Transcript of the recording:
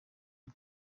bwe